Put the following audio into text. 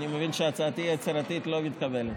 אני מבין שהצעתי היצירתית לא מתקבלת.